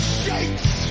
shakes